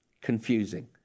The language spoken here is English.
confusing